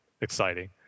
exciting